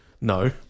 no